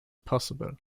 possible